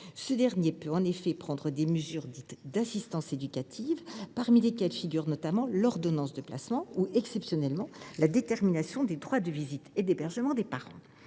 Ce dernier peut, en effet, prendre des mesures dites d’assistance éducative, parmi lesquelles figurent notamment l’ordonnance de placement ou, exceptionnellement, la détermination des droits de visite et d’hébergement des parents.